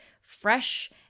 fresh